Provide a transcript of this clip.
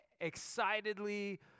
excitedly